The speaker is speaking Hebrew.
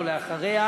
ללא מתנגדים,